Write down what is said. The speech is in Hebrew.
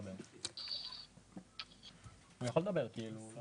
צר לי שלא יכולתי לכבד את הכנסת בנוכחות שלי.